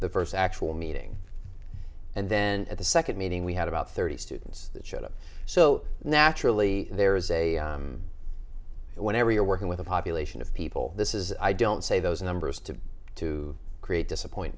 the first actual meeting and then at the second meeting we had about thirty students that showed up so naturally there is a whenever you're working with a population of people this is i don't say those numbers to to create disappoint